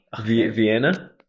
Vienna